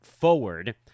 forward